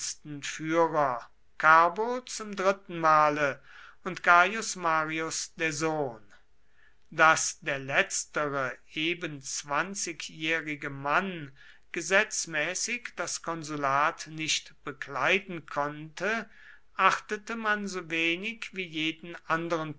zum dritten male und gaius marius der sohn daß der letztere eben zwanzigjährige mann gesetzmäßig das konsulat nicht bekleiden konnte achtete man so wenig wie jeden anderen